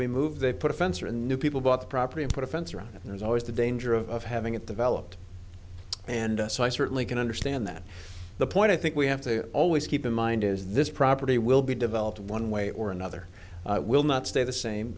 we moved they put a fence or a new people bought the property and put a fence around it there's always the danger of having it developed and so i certainly can understand that the point i think we have to always keep in mind is this property will be developed one way or another will not stay the same